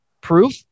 Proof